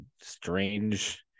strange